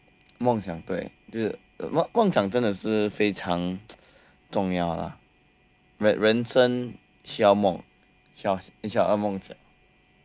梦想对梦想真的是非常重要啊人生需要梦